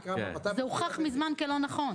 זה הוכח מזמן כלא נכון.